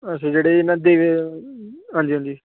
अच्छा जेह्ड़े इं'या देवी हां जी हां जी